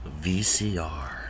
VCR